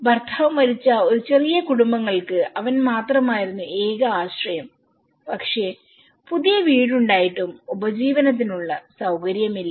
ഭർത്താവ് മരിച്ച ചില ചെറിയ കുടുംബങ്ങൾക്ക് അവൻ മാത്രമാതിരുന്നു ഏക ആശ്രയം പക്ഷേ പുതിയ വീടുണ്ടായിട്ടും ഉപജീവനത്തിനുള്ള സൌകര്യമില്ല